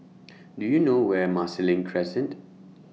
Do YOU know Where Marsiling Crescent